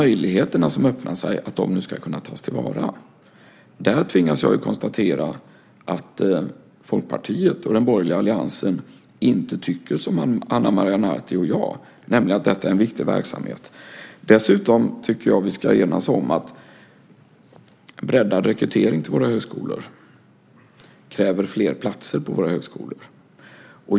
Här tvingas jag konstatera att Folkpartiet och den borgerliga alliansen inte tycker som Ana Maria Narti och jag, nämligen att detta är en viktig verksamhet. Jag tycker dessutom att vi ska enas om att breddad rekrytering till våra högskolor kräver fler platser på våra högskolor.